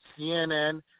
CNN